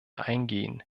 eingehen